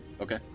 Okay